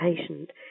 patient